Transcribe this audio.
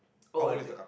oh I think